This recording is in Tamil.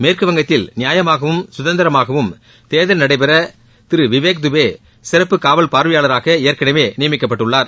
மேற்குவங்கத்தில் நியாயமாகவும் கதந்திரமாகவும் தேர்தல் நடைபெறவிவேக் துபேசிறப்பு காவல் பார்வையாளராகஏற்கனவேநியமிக்கப்பட்டுள்ளார்